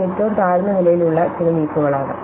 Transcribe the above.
ഇത് ഏറ്റവും താഴ്ന്ന നിലയിലുള്ള ചില ലീഫുകളാണ്